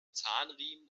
zahnriemen